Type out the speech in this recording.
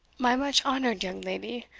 my much-honoured young lady,